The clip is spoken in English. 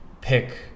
pick